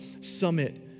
Summit